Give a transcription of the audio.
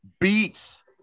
beats